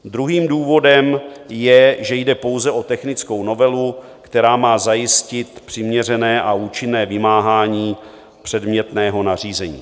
Druhým důvodem je, že jde pouze o technickou novelu, která má zajistit přiměřené a účinné vymáhání předmětného nařízení.